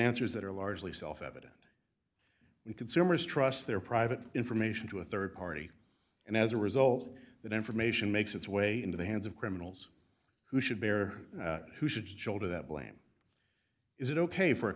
answers that are largely self evident we consumers trust their private information to a rd party and as a result that information makes its way into the hands of criminals who should bear who should shoulder the blame is it ok for a